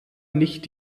nicht